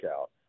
out